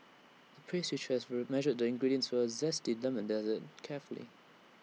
the pastry chef measured the ingredients for A Zesty Lemon desert carefully